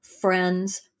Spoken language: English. friends